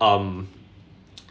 um